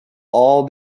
all